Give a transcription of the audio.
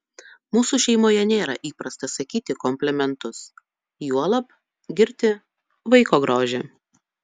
mūsų šeimoje nėra įprasta sakyti komplimentus juolab girti vaiko grožį